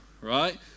right